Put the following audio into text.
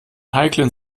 heiklen